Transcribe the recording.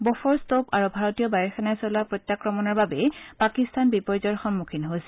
Bofors টোপ আৰু ভাৰতীয় বায়ু সেনাই চলোৱা প্ৰত্যাক্ৰমণৰ বাবেই পাকিস্তান বিপৰ্যয়ৰ সন্মুখীন হৈছিল